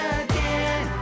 again